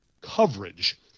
coverage